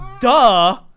Duh